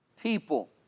people